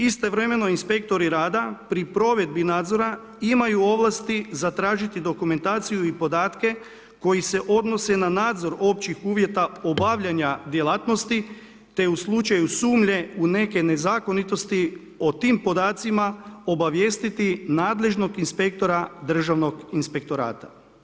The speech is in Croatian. Istovremeno inspektori rada pri provedbi nadzora imaju ovlasti zatražiti dokumentaciju i podatke koji se odnose na nadzor općih uvjeta obavljanja djelatnosti te u slučaju sumnje u neke nezakonitosti o tim podacima obavijestiti nadležnog inspektora Državnog inspektorata.